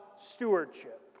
stewardship